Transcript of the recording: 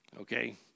Okay